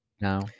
now